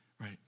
Right